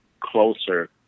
closer